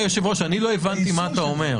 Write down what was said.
אדוני היושב-ראש, אני לא הבנתי מה אתה אומר.